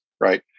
Right